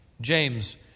James